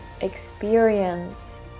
experience